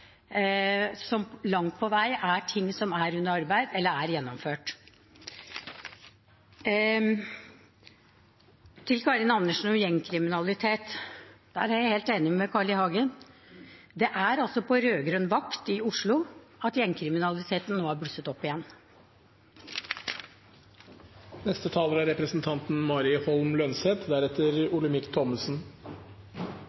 som langt på vei er ting som er under arbeid, eller er gjennomført. Til Karin Andersen og det om gjengkriminalitet: Der er jeg helt enig med Carl I. Hagen – det er altså på rød-grønn vakt i Oslo at gjengkriminaliteten nå har blusset opp igjen. Det er bekymringsfullt at ungdomskriminaliteten øker. Oslo er